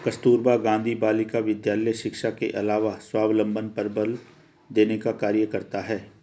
कस्तूरबा गाँधी बालिका विद्यालय शिक्षा के अलावा स्वावलम्बन पर बल देने का कार्य करता है